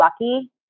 lucky